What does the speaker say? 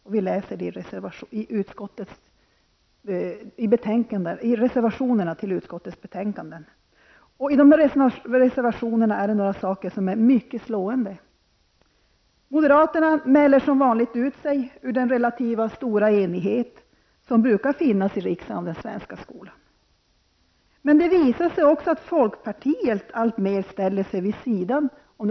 Men det framgår också av deras reservationer i utskottets olika betänkanden. Några saker är mycket slående. Moderaterna mäler som vanligt ut sig vad gäller den relativt stora enighet om den svenska skolan som brukar finnas i riksdagen. Men det visar sig att också folkpartiet alltmer ställer sig vid sidan av.